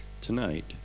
Tonight